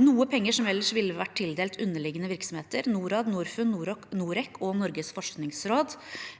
noe penger som ellers ville vært tildelt underliggende virksomheter – Norad, Norfund, Norec og Norges forskningsråd